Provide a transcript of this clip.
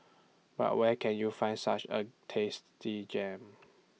but where can you find such A tasty gem